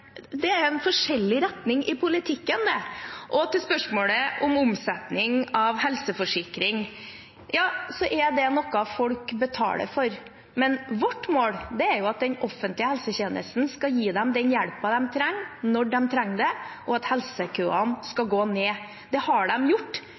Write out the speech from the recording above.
retning i politikken. Til spørsmålet om omsetning av helseforsikring: Det er noe folk betaler for, men vårt mål er at den offentlige helsetjenesten skal gi dem den hjelpen de trenger, når de trenger det, og at helsekøene skal